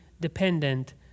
dependent